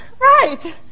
right